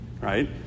right